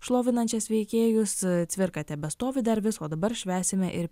šlovinančias veikėjus cvirka tebestovi dar vis o dabar švęsime ir